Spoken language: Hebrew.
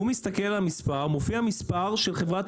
והוא מסתכל על המספר, מופיע מספר של חברת